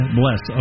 bless